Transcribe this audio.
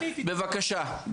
בבקשה.